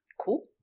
Cool